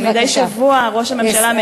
מדי שבוע ראש הממשלה מגיע.